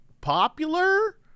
popular